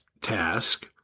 task